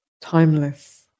timeless